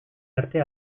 arte